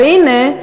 והנה,